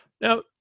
Now